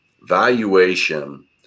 valuation